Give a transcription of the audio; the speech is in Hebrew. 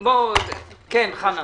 כן, חנה.